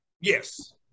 Yes